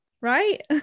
Right